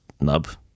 nub